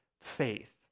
faith